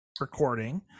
recording